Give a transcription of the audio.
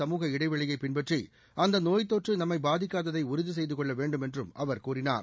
சமூக இடைவெளியை பின்பற்றி அந்த நோய்த்தொற்று நம்மை பாதிக்காததை உறுதி செய்து கொள்ள வேண்டுமென்றும் அவர் கூறினார்